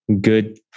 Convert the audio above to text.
good